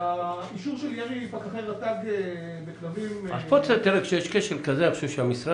האישור של ירי פקחי רט"ג בכלבים --- כשיש כשל כזה אני חושב שהמשרד